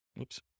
Oops